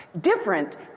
Different